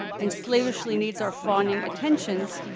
and slavishly needs our fawning attentions,